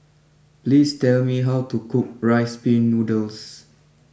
please tell me how to cook Rice Pin Noodles